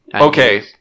Okay